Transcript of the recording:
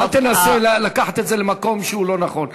אל תנסה לקחת את זה למקום לא נכון.